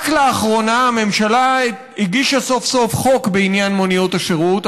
רק לאחרונה הממשלה הגישה סוף-סוף חוק בעניין מוניות השירות,